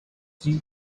she